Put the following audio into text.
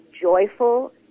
joyful